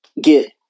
get